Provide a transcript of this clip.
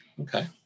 Okay